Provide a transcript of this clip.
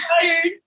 tired